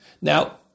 Now